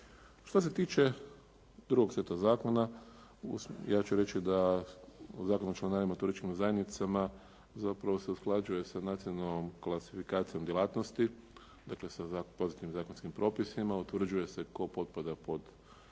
Što se tiče drugog seta zakona, ja ću reći da u Zakonu o članarinama u turističkim zajednicama zapravo se usklađuje sa nacionalnom klasifikacijom djelatnosti dakle, sa pozitivnim zakonskim propisima utvrđuje se tko potpada pod